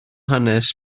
hanes